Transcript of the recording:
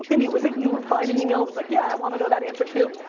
india, was it you replied in email who's like, yeah, i wanna know that answer too?